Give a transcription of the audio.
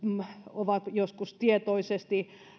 on joskus tietoisesti